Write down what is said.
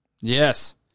Yes